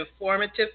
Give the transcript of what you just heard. informative